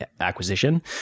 acquisition